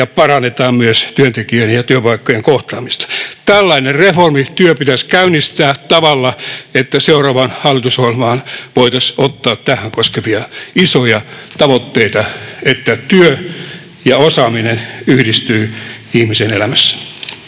ja parannetaan myös työntekijöiden ja työpaikkojen kohtaamista. Tällainen reformityö pitäisi käynnistää sillä tavalla, että seuraavaan hallitusohjelmaan voitaisiin ottaa tätä koskevia isoja tavoitteita, että työ ja osaaminen yhdistyvät ihmisen elämässä.